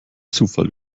zufall